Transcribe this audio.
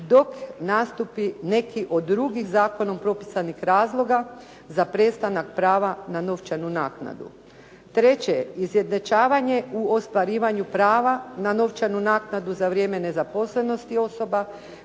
dok nastupi neki od drugih zakonom propisanih razloga za prestanak prava na novčanu naknadu. Treće, izjednačavanje u ostvarivanju prava na novčanu naknadu za vrijeme nezaposlenosti osoba